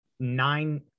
nine